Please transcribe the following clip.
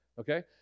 Okay